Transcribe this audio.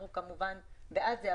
אנחנו כמובן בעד זה,